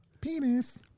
Penis